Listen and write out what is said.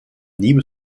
nieuwe